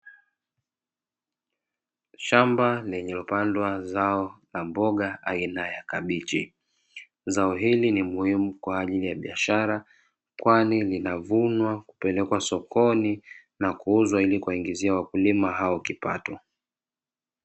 Shamba lenye kupandwa zao na mboga aina ya kabichi, zao hili ni muhimu kwa ajili ya biashara, kwani linavunwa kupelekwa sokoni na kuuzwa ili kuwaingizia wakulima hao kipato.